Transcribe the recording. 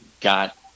got